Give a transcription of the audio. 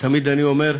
ותמיד אני אומר: